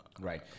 right